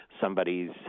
somebody's